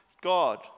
God